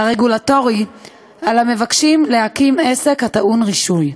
הרגולטורי על המבקשים להקים עסק הטעון רישוי.